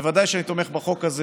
ודאי שאני תומך בחוק הזה,